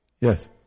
Yes